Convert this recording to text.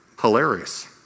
hilarious